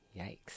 Yikes